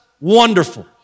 wonderful